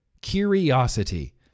Curiosity